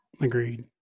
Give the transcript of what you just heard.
Agreed